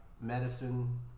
medicine